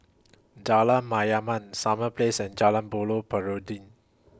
Jalan Mayaanam Summer Place and Jalan Buloh Perindu